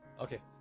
Okay